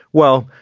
well,